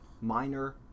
minor